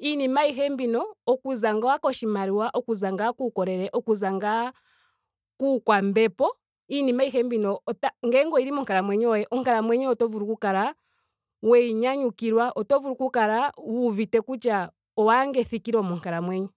iinima ayihe mbino okuza ngaa koshimaliwa. okuza ngaa kuukolele. okuza ngaa kuukwambepo. iinima ayihe mbi ta. ngele oyili monkalamwenyo yoye. onkalamwenyo yoye oto vulu oku kala weyi nyanyukilwa. oto vulu oku kala wuuvite kutya owaadha ethikilo monkalamwenyo.